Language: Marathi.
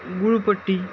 गुळपट्टी